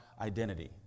identity